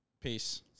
peace